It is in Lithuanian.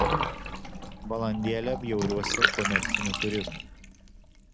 valandėlę bjauriuosi komerciniu turizmu